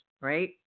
right